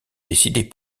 décider